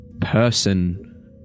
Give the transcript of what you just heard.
person